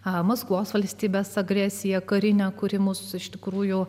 maskvos valstybes agresiją karinę kuri mus iš tikrųjų